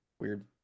Weird